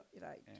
Right